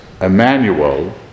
Emmanuel